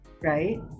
right